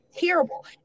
Terrible